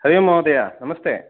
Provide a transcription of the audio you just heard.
हरिः ओं महोदय नमस्ते